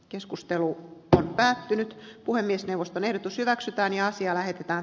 keskustelu on päättynyt puhemiesneuvoston ehdotus hyväksytään ja asia lähetetään